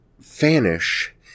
vanish